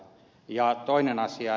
ja toinen asia